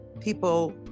people